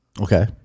okay